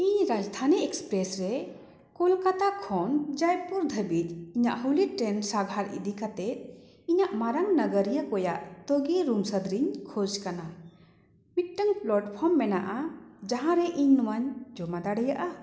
ᱤᱧ ᱨᱟᱡᱽᱫᱷᱟᱱᱤ ᱮᱹᱠᱥᱯᱨᱮᱹᱥ ᱨᱮ ᱠᱳᱞᱠᱟᱛᱟ ᱠᱷᱚᱱ ᱡᱚᱭᱯᱩᱨ ᱫᱷᱟᱹᱵᱤᱡ ᱤᱧᱟᱹᱜ ᱦᱚᱞᱤ ᱴᱨᱮᱹᱱ ᱥᱟᱸᱜᱷᱟᱨ ᱤᱫᱤ ᱠᱟᱛᱮᱫ ᱤᱧᱟᱹᱜ ᱢᱟᱨᱟᱝ ᱱᱚᱜᱚᱨᱤᱭᱟᱹ ᱠᱚᱭᱟᱜ ᱛᱚᱜᱮ ᱨᱩᱢ ᱥᱟᱫᱽᱨᱤᱧ ᱠᱷᱚᱡᱽ ᱠᱟᱱᱟ ᱢᱤᱫᱴᱟᱱ ᱯᱞᱟᱴᱯᱷᱨᱚᱢ ᱢᱮᱱᱟᱜᱼᱟ ᱡᱟᱦᱟᱸᱨᱮ ᱤᱧ ᱱᱚᱣᱟᱧ ᱡᱚᱢᱟ ᱫᱟᱲᱮᱭᱟᱜᱼᱟ